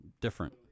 different